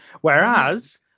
Whereas